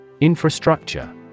Infrastructure